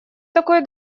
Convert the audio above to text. такой